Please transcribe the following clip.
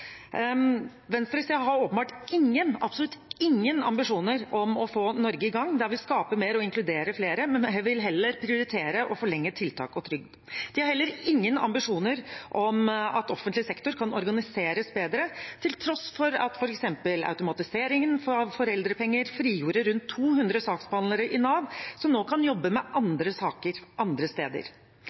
har åpenbart ingen – absolutt ingen – ambisjoner om å få Norge i gang, der vi skaper mer og inkluderer flere, men vil heller prioritere å forlenge tiltak og trygd. De har heller ingen ambisjoner om at offentlig sektor kan organiseres bedre, til tross for at f.eks. automatiseringen av foreldrepenger frigjorde rundt 200 saksbehandlere i Nav, som nå kan jobbe med andre saker andre steder.